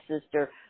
sister